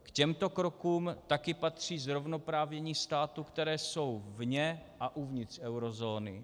K těmto krokům také patří zrovnoprávnění států, které jsou vně a uvnitř eurozóny.